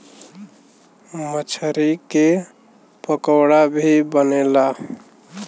मछरी के पकोड़ा भी बनेला